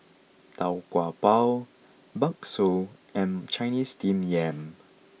Tau Kwa Pau Bakso and Chinese Steamed Yam